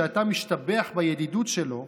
שאתה משתבח בידידות שלו,